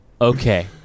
okay